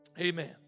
Amen